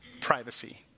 privacy